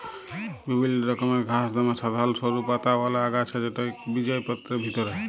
বিভিল্ল্য রকমের ঘাঁস দমে সাধারল সরু পাতাআওলা আগাছা যেট ইকবিজপত্রের ভিতরে